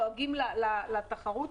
דואגים לתחרות.